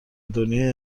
دنیای